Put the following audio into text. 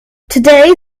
today